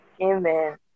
Amen